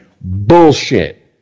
Bullshit